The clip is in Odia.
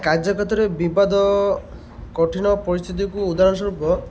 କାର୍ଯ୍ୟକ୍ଷେତ୍ରରେ ବିବାଦ କଠିନ ପରିସ୍ଥିତିକୁ ଉଦାହରଣ ସ୍ୱରୂପ